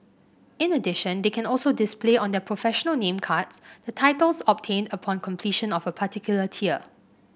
in addition they can also display on their professional name cards the titles obtained upon completion of a particular tier